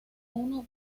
uno